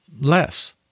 less